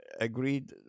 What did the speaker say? agreed